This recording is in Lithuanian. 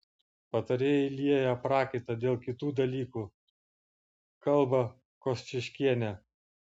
patarėjai lieja prakaitą dėl kitų dalykų kalba kosciuškienė